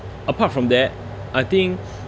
apart from that I think